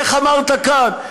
איך אמרת כאן?